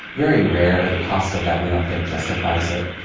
very rarely, the cost of that we don't think justifies it.